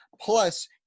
plus